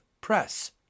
Press